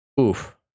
oof